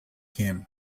him